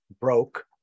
broke